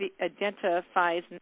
identifies